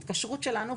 התקשרות שלנו,